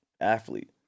athlete